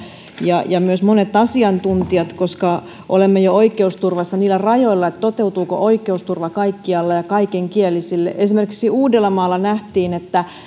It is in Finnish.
ja ja myös monet asiantuntijat koska olemme oikeusturvassa jo niillä rajoilla että toteutuuko oikeusturva kaikkialla ja kaiken kielisille esimerkiksi uudellamaalla nähtiin että